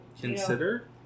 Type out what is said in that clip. consider